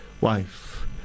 wife